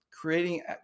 creating